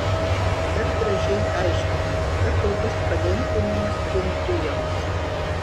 ir dar gražiai aiškinama kad tai bus palengvinimas bendrijoms